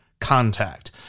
contact